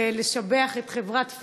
ולשבח את חברת "פייסבוק"